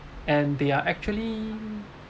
and they are actually